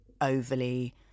overly